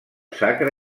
sacre